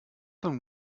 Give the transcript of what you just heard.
than